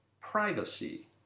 privacy